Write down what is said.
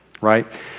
right